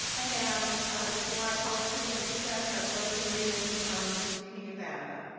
and now before i call us into recess, our closing reading from christina yubata,